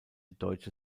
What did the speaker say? deutsche